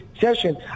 session